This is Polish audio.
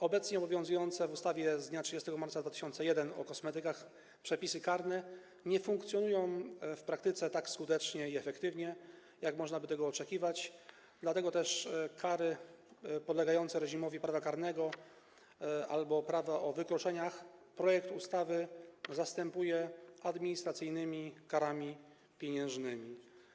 Obecnie obowiązujące przepisy karne zawarte w ustawie z dnia 30 marca 2001 r. o kosmetykach nie funkcjonują w praktyce tak skutecznie i efektywnie, jak można by tego oczekiwać, dlatego też kary podlegające reżimowi prawa karnego albo prawa o wykroczeniach projekt ustawy zastępuje administracyjnymi karami pieniężnymi.